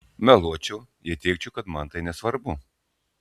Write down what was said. meluočiau jei teigčiau kad man tai nesvarbu